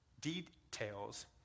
details